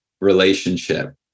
relationship